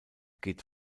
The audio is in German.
geht